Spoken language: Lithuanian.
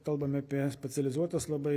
kalbame apie specializuotas labai